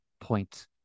point